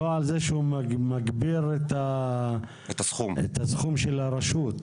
לא על זה שהוא מגדיל את סכום הגבייה של הרשות.